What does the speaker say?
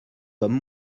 comme